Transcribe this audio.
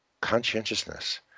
conscientiousness